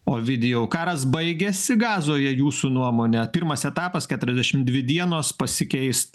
ovidijau karas baigėsi gazoje jūsų nuomone pirmas etapas keturiasdešim dvi dienos pasikeist